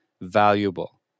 valuable